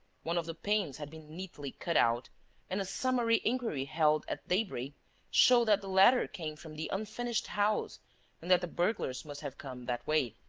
one of the panes had been neatly cut out and a summary inquiry held at daybreak showed that the ladder came from the unfinished house and that the burglars must have come that way.